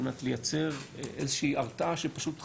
הרעיון הוא לייצר איזושהי הרתעה שפשוט חסרה.